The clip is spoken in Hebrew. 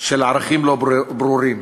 של ערכים לא ברורים,